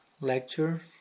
lecture